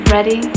Ready